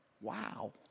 Wow